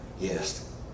Yes